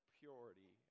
purity